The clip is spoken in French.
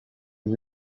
lui